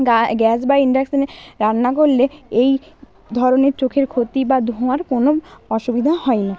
gas বা ইণ্ডাকশানে রান্না করলে এই ধরনের চোখের ক্ষতি বা ধোঁয়ার কোনও অসুবিধা হয় না